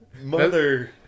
Mother